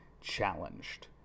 challenged